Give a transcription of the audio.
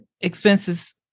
expenses